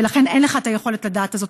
ולכן אין לך את היכולת לדעת זאת,